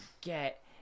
get